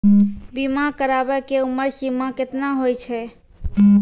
बीमा कराबै के उमर सीमा केतना होय छै?